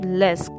less